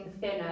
thinner